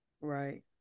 right